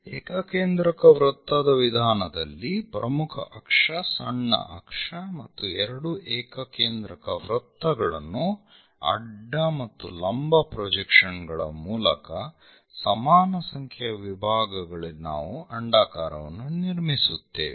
ಏಕಕೇಂದ್ರಕ ವೃತ್ತದ ವಿಧಾನದಲ್ಲಿ ಪ್ರಮುಖ ಅಕ್ಷ ಸಣ್ಣ ಅಕ್ಷ ಮತ್ತು ಎರಡು ಏಕಕೇಂದ್ರಕ ವೃತ್ತಗಳನ್ನು ಅಡ್ಡ ಮತ್ತು ಲಂಬ ಪ್ರೊಜೆಕ್ಷನ್ ಗಳ ಮೂಲಕ ಸಮಾನ ಸಂಖ್ಯೆಯ ವಿಭಾಗಗಳಲ್ಲಿ ನಾವು ಅಂಡಾಕಾರವನ್ನು ನಿರ್ಮಿಸುತ್ತೇವೆ